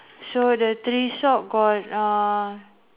so the three sock got uh